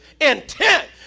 intent